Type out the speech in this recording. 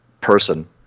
person